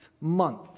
month